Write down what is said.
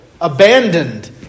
Abandoned